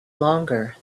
longer